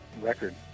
Record